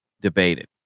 debated